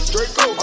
Draco